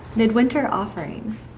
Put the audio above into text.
midwinter offernings.